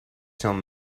some